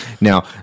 Now